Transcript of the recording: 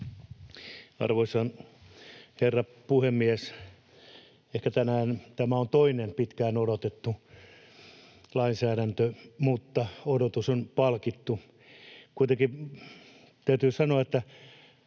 Arvoisa herra puhemies! Ehkä tänään tämä on toinen pitkään odotettu lainsäädäntö, mutta odotus on palkittu. Täytyy sanoa, että